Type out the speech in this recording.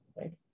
right